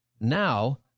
Now